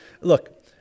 Look